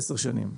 עשר שנים.